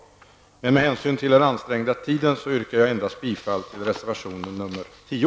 Med hänsyn till kammarens ansträngda tidsplan yrkar jag dock bifall endast till reservation nr 10.